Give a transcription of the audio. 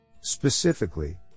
Specifically